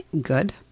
Good